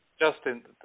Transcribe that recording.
Justin